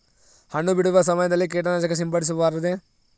ಹಣ್ಣು ಬಿಡುವ ಸಮಯದಲ್ಲಿ ಕೇಟನಾಶಕ ಸಿಂಪಡಿಸಬಾರದೆ?